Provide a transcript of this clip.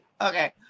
Okay